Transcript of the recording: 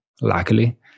Luckily